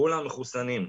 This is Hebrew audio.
כולם מחוסנים,